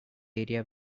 area